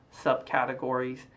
subcategories